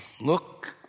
Look